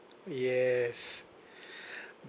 yes